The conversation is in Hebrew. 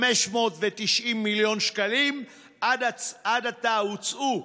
580 מיליון שקלים עד עתה הוצאו.